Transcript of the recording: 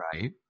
right